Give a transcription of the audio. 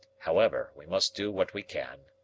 however, we must do what we can.